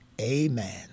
Amen